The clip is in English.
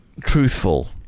truthful